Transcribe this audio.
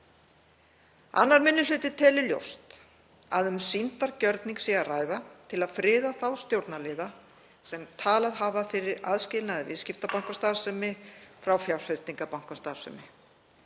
Annar minni hluti telur ljóst að um sýndargjörning sé að ræða til að friða þá stjórnarliða sem talað hafa fyrir aðskilnaði viðskiptabankastarfsemi frá fjárfestingarbankastarfsemi.